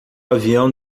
avião